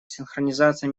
синхронизация